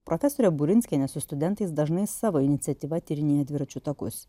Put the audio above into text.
profesorė burinskienė su studentais dažnai savo iniciatyva tyrinėja dviračių takus